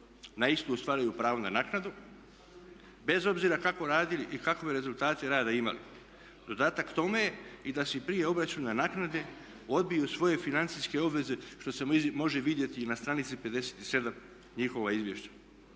na istu ostvaruju pravo na naknadu bez obzira kako radili i kakve rezultate rada imali. Dodatak tome je i da si prije obračuna naknade odbiju svoje financijske obveze što se može vidjeti i na stranici 57. njihova izvješća.